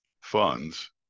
funds